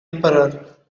emperor